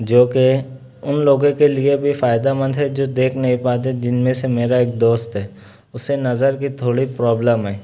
جوکہ ان لوگوں کے لیے بھی فائدہ مند ہے جو دیکھ نہیں پاتے جن میں سے میرا ایک دوست ہے اسے نظر کی تھوڑی پرابلم ہے